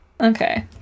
Okay